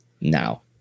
now